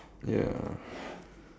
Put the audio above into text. ya